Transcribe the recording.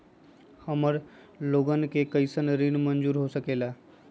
हमार लोगन के कइसन ऋण मंजूर हो सकेला?